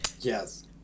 Yes